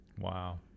Wow